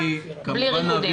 בלי ריקודים.